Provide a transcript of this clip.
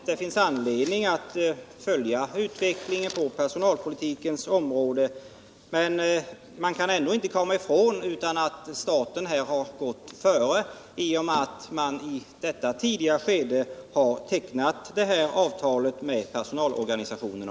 Det finns anledning att följa utvecklingen på personalpolitikens område, men man kan ändå inte komma ifrån att staten här har gått före genom att i detta tidiga skede teckna ett avtal med personalorganisationerna.